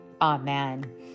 Amen